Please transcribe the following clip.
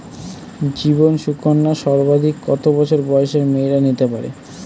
জীবন সুকন্যা সর্বাধিক কত বছর বয়সের মেয়েরা নিতে পারে?